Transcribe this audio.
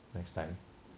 next time